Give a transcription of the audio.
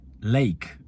lake